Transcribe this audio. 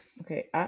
okay